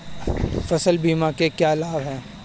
फसल बीमा के क्या लाभ हैं?